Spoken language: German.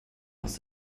aus